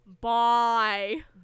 Bye